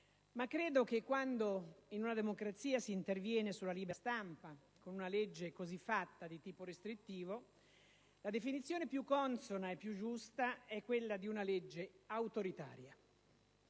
ma credo che quando in una democrazia si interviene sulla libera stampa con una legge così fatta, di tipo restrittivo, la definizione più consona e più giusta sia quella di legge autoritaria.